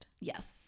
yes